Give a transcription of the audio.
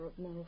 more